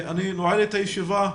אני נועל את הישיבה.